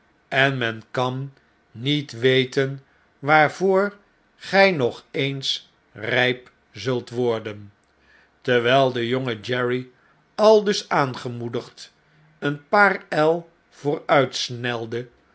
en men kan niet weten waarvoor gjj nog eens rjjp zult worden terwjjl de jonge jerry aldus aangemoedigd een paar el